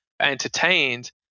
entertained